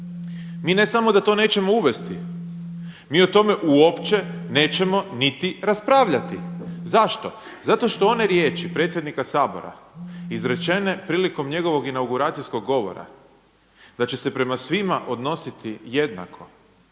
Mi ne samo da mi to nećemo uvesti, mi o tome uopće nećemo niti raspravljati. Zašto? Zato što one riječi predsjednika Sabora izrečene prilikom njegov inauguracijskog govora da će se prema svima odnositi jednako